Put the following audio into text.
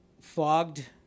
fogged